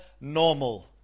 normal